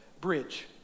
Bridge